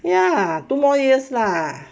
ya two more years lah